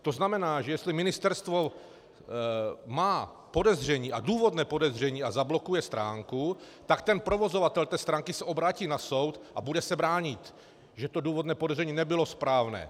To znamená, jestli ministerstvo má podezření, a důvodné podezření, a zablokuje stránku, tak provozovatel té stránky se obrátí na soud a bude se bránit, že to důvodné podezření nebylo správné.